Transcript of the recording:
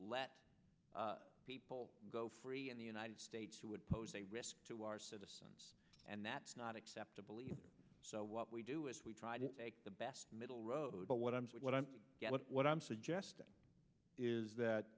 let people go free in the united states who would pose a risk to our citizens and that's not acceptable either so what we do is we try to take the best middle road but what i'm what i'm what i'm suggesting is that